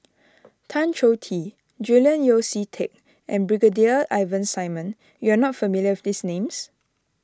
Tan Choh Tee Julian Yeo See Teck and Brigadier Ivan Simson you are not familiar with these names